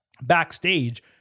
Backstage